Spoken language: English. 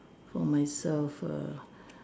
for myself err